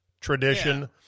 tradition